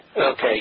Okay